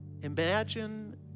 Imagine